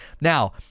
now